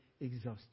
exhausted